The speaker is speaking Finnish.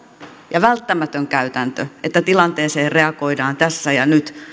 ja välttämätön käytäntö että tilanteeseen reagoidaan tässä ja nyt